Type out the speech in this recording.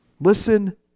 Listen